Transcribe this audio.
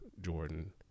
Jordan